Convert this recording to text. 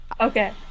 okay